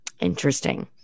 Interesting